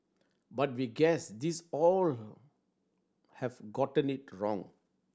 but we guess these all have gotten it wrong